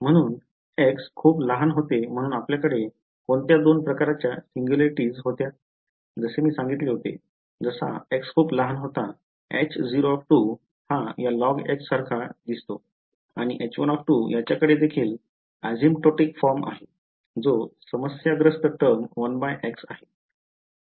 म्हणून एक्स खूप लहान होते म्हणून आपल्याकडे कोणत्या दोन प्रकारच्या सिंग्युलॅरिटीस होत्या जसे मी सांगितले होते जसा x खूप लहान होतो H0 हा या log सारखा दिसतो आणि H1 याच्या कडे देखील एसिम्पोटिक फॉर्म आहे जो समस्याग्रस्त टर्म 1 x आहे बरोबर